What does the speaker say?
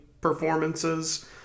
performances